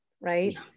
right